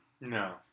No